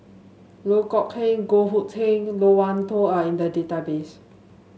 Loh Kok Heng Goh Hood Keng Loke Wan Tho are in the database